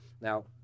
Now